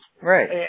Right